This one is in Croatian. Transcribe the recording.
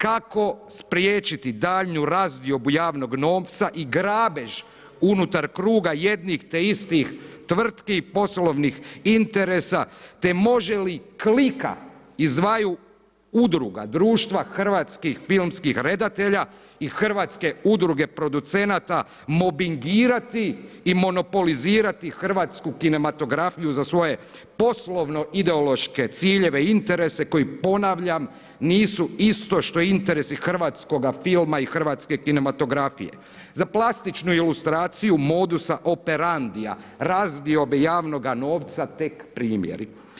Kako spriječiti daljnju razdiobu javnog novca i grabež unutar kruga jedno te istih tvrtki, poslovnih interesa te može li klika iz dvaju udruga društva hrvatskih filmskih redatelja i Hrvatske udruge producenata mobingirati i monopolizirati hrvatsku kinematografiju za svoje poslovno ideološke ciljeve i interese koji ponavljam nisu isto što i interesi hrvatskoga filma i hrvatske kinematografije, za plastičnu ilustraciju modusa operandia, razdiobe javnoga novca tek primjeri.